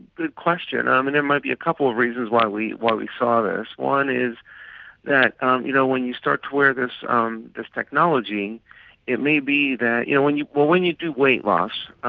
good question. there um and and might be a couple of reasons why we why we saw this. one is that um you know when you start to wear this um this technology it may be that, you know when you when you do weight loss,